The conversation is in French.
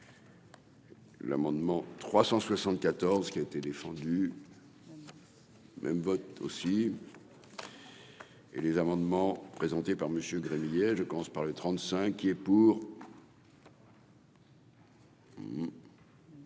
L'amendement 374 qui a été défendu. Même vote aussi. Et les amendements présentés par Monsieur Gremillet, je commence par les 35 qui est pour.